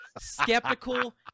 skeptical